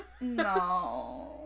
No